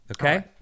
okay